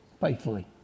faithfully